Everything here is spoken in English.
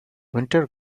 winter